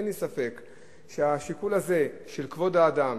אין לי ספק שהשיקול הזה של כבוד האדם